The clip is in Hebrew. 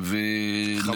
חברי הוועדה.